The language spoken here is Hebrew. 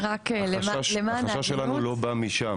החשש שלנו לא בא משם.